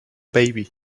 baby